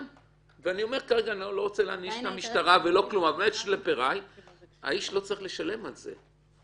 ואני לא רוצה להעניש את המשטרה ולא כלום האיש לא צריך לשלם על זה.